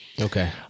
Okay